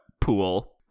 pool